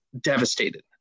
devastated